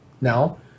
Now